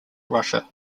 russia